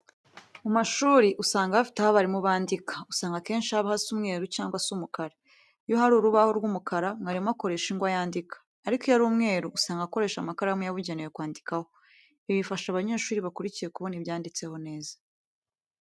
Mu mashuri usanga bafite aho abarimu bandika, usanga akenshi haba hasa umweru cyangwa se umukara, iyo ari urubaho rw'umukara, mwarimu akoresha ingwa yandika, ariko iyo ari umweru usanga akoresha amakaramu yabugenewe kwandikaho. Ibi bifasha abanyeshuri bakurikiye kubona ibyanditseho neza.